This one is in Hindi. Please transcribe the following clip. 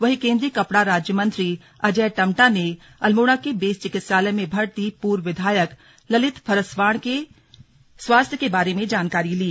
वहीं केन्द्रीय कपड़ा राज्य मंत्री अंजय टम्टा ने अल्मोडा के बेस चिकित्सालय में भर्ती पूर्व विधायक ललित फर्सवाण के स्वास्थ्य के बारे में जानकारी ली